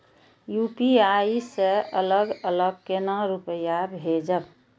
UPI से अलग अलग केना रुपया भेजब